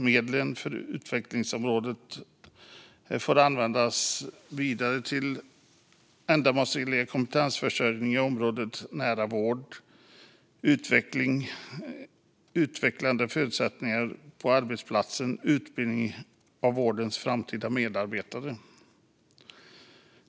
Medlen för utvecklingsområdet får användas till en ändamålsenlig kompetensförsörjning inom området en nära vård, utvecklade förutsättningar på arbetsplatsen och utbildning av vårdens framtida medarbetare.